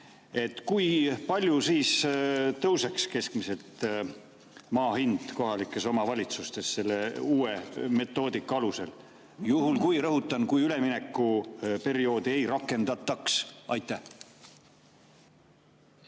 kui palju siis tõuseks keskmiselt maa hind kohalikes omavalitsustes selle uue metoodika alusel? Juhul, kui – rõhutan –, kui üleminekuperioodi ei rakendataks? Aitäh!